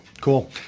Cool